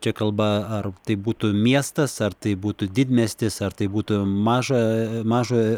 čia kalba ar tai būtų miestas ar tai būtų didmiestis ar tai būtų maža maža